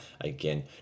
again